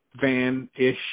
van-ish